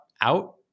out